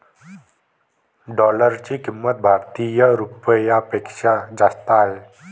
डॉलरची किंमत भारतीय रुपयापेक्षा जास्त आहे